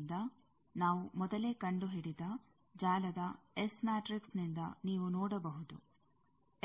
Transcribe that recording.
ಆದ್ದರಿಂದ ನಾವು ಮೊದಲೇ ಕಂಡುಹಿಡಿದ ಜಾಲದ ಎಸ್ ಮ್ಯಾಟ್ರಿಕ್ಸ್ ನಿಂದ ನೀವು ನೋಡಬಹುದು